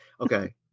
okay